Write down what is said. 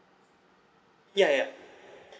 ya ya